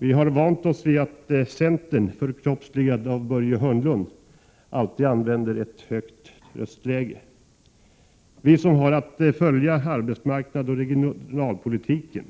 Vi har vant oss vid att centern, förkroppsligad av Börje Hörnlund, alltid använder ett högt röstläge. Vi som har att följa arbetsmarknadsoch regionalpolitiken